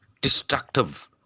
destructive